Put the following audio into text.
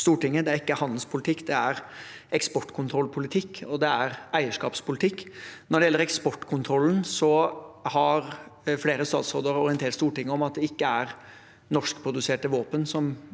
Stortinget. Det er ikke handelspolitikk, det er eksportkontrollpolitikk, og det er eierskapspolitikk. Når det gjelder eksportkontrollen, har flere statsråder orientert Stortinget om at det ikke er norskproduserte våpen